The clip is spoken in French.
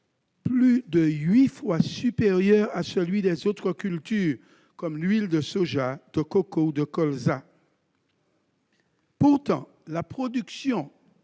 plus de huit fois supérieur à celui des autres cultures, comme l'huile de soja, de coco ou de colza. Pourtant, la production